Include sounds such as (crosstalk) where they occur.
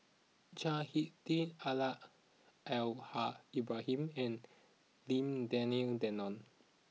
Chao Hick Tin (unintelligible) Al Haj Ibrahim and Lim Denan Denon